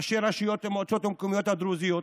ראשי הרשויות והמועצות המקומיות הדרוזיות,